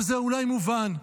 אבל זה אולי מובן,